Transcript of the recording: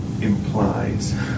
implies